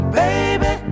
baby